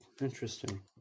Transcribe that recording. Interesting